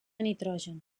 nitrogen